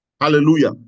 Hallelujah